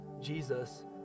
Jesus